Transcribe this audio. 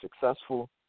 successful